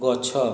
ଗଛ